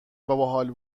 باحال